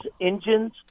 engines